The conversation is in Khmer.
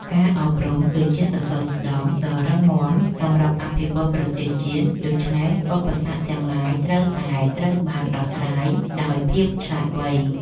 ការអប់រំ គឺ ជាសសរស្តម្ភដ៏រឹងមាំសម្រាប់អភិវឌ្ឍប្រទេសជាតិ ដូច្នេះ ឧបសគ្គទាំងឡាយត្រូវតែត្រូវបានដោះស្រាយដោយភាពឆ្លាតវៃ។